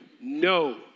No